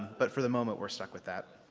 but for the moment we're stuck with that.